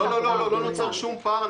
לא לא, לא נוצר שום פער.